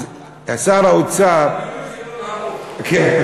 שר האוצר, כן.